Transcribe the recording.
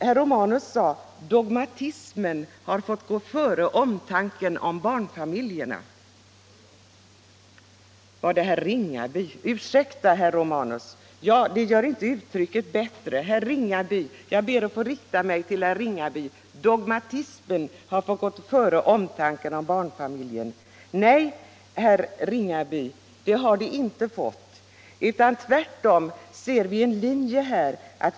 Han sade att dogmatismen har fått gå före omtanken om barnfamiljerna. Nej, herr Ringaby, tvärtom ser vi en linje här.